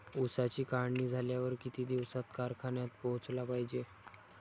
ऊसाची काढणी झाल्यावर किती दिवसात कारखान्यात पोहोचला पायजे?